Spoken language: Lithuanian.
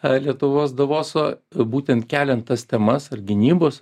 a lietuvos davoso būtent keliant tas temas ar gynybos